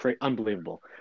unbelievable